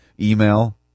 email